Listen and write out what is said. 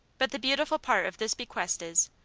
but the beautiful part of this bequest is,